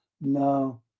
no